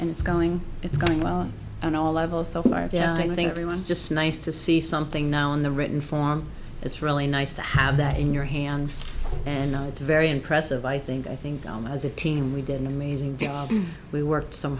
and it's going it's going well on all levels so i think everyone's just nice to see something now in the written form it's really nice to have that in your hands and it's very impressive i think i think as a team we did an amazing we worked so